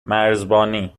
مرزبانی